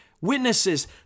witnesses